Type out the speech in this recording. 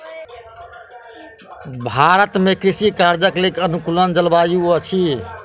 भारत में कृषि कार्यक लेल अनुकूल जलवायु अछि